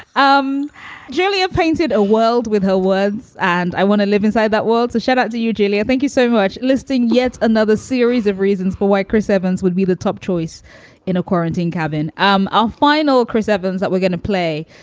um julia painted a world with her words, and i want to live inside that world. so shut up, do you, julia? thank you so much. listing yet another series of reasons for why chris evans would be the top choice in a quarantine cabin um our final chris evans that we're gonna play.